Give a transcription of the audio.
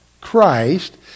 Christ